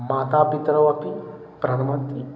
माता पितरौ अपि प्रणमति